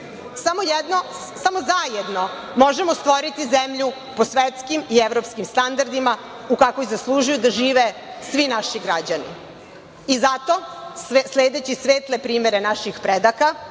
Samo zajedno možemo stvoriti zemlju po svetskim i evropskim standardima u kakvoj zaslužuju da žive svi naši građani i zato sledeći svetle primere naših predaka